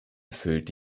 erfüllt